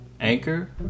Anchor